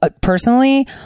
personally